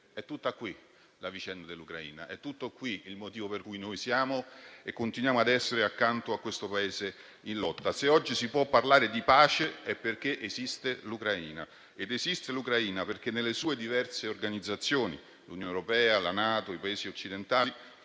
è tutta qui la vicenda dell'Ucraina ed è tutto qui il motivo per cui noi siamo e continuiamo ad essere accanto a questo Paese in lotta. Se oggi si può parlare di pace è perché esiste l'Ucraina. E l'Ucraina esiste perché le diverse organizzazioni, l'Unione europea, la NATO e i Paesi occidentali